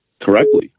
correctly